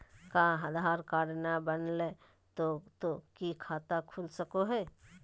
हमर आधार कार्ड न बनलै तो तो की खाता खुल सको है?